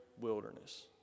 wilderness